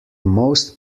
most